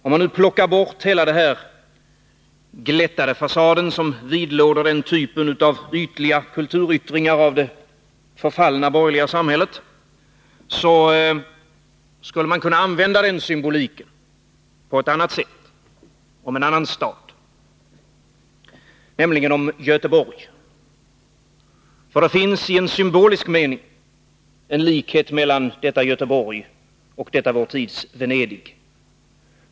Om man nu plockar bort hela denna glättade fasad som vidlåder den typen av ytliga kulturyttringar av det förfallna borgerliga samhället skulle man kunna använda symboliken på ett annat sätt om en annan stad, nämligen om Göteborg, ty det finns i symbolisk mening en likhet mellan detta Göteborg och detta vår tids Venedig.